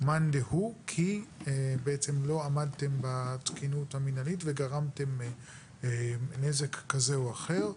מאן דהוא כי לא עמדתם בתקינות המינהלית וגרמתם נזק כזה או אחר.